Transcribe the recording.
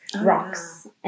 rocks